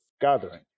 gathering